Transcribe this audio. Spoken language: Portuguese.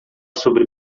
sobre